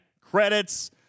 credits